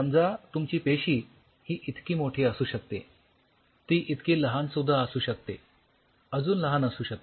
समजा तुमची पेशी ही इतकी मोठी असू शकते ती इतकी लहान सुद्धा असू शकते अजून लहान असू शकते